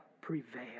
prevail